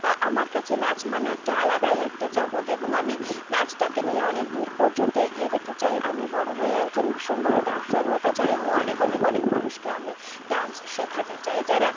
আমার কাছে নাচ মানে একটা আলাদাই একটা জগৎ এবং আমি নাচটাকে নিয়ে অনেক দূর পর্যন্ত এগিয়ে যেতে চাই আমি বড় হয়ে একজন ভীষণ বড় ডান্সার হতে চাই এবং অনেক অনেক অনেক মানুষকে আমি ডান্স শেখাতে চাই যারা